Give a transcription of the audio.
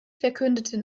verkündeten